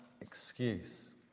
excuse